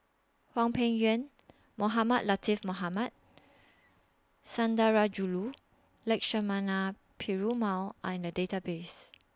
Hwang Peng Yuan Mohamed Latiff Mohamed Sundarajulu Lakshmana Perumal Are in The Database